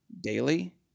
daily